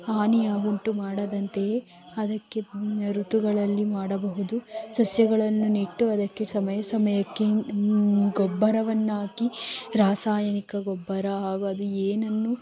ಹಾನಿಯ ಉಂಟು ಮಾಡದಂತೆಯೇ ಅದಕ್ಕೆ ಋತುಗಳಲ್ಲಿ ಮಾಡಬಹುದು ಸಸ್ಯಗಳನ್ನು ನೆಟ್ಟು ಅದಕ್ಕೆ ಸಮಯ ಸಮಯಕ್ಕೆ ಗೊಬ್ಬರವನ್ನು ಹಾಕಿ ರಾಸಾಯನಿಕ ಗೊಬ್ಬರ ಹಾಗೂ ಅದು ಏನನ್ನೂ